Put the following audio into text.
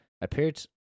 Appeared